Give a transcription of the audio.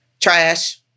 trash